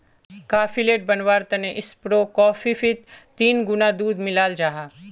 cafe latte बनवार तने ऐस्प्रो कोफ्फीत तीन गुणा दूध मिलाल जाहा